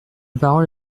parole